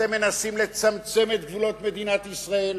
אתם מנסים לצמצם את גבולות ישראל,